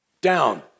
Down